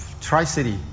Tri-City